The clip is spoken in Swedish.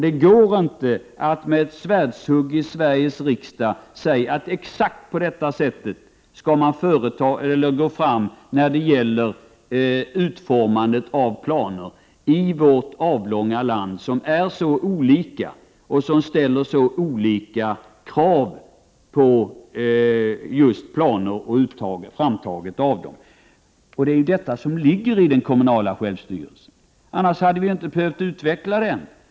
Det går inte att med svärdshugg i Sveriges riksdag säga att exakt på detta sätt skall man gå fram när det gäller utformning av planer i vårt avlånga land. Förhållandena är så olika i olika delar av landet och det ställs olika krav på planer och framtagandet av dem. Den kommunala självstyrelsen innebär ju att kommunerna skall ta ställning till frågor av detta slag, annars hade vi inte behövt utveckla den.